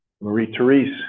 Marie-Therese